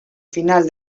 final